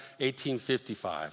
1855